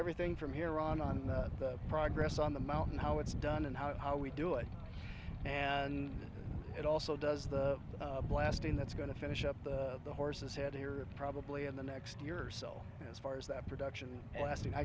everything from here on on the progress on the mountain how it's done and how we do it and it also does the blasting that's going to finish up the horse's head here probably in the next year or so as far as that production lasting i